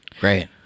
Great